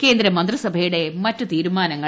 കേന്ദ്ര മന്ത്രിസഭയുടെ മറ്റ് തീരുമാനങ്ങൾ